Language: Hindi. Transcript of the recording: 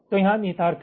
तो यहाँ निहितार्थ हैं